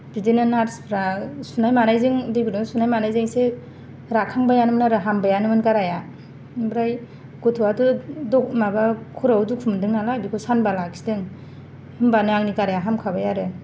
बिदिनो नार्स फ्रा सुनाय मानायजों दै गुदुं सुनाय मानायजों इसे राखांबायानोमोन आरो हामबायानोमोन गाराया ओमफ्राय गथ'वाथ' माबा खर'आव दुखु मोनदों नालाय बेखौ सानबा लाखिदों होमबानो आंनि गाराया हामखाबाय आरो